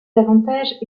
avantages